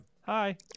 Hi